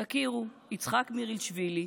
תכירו: יצחק מירילשווילי,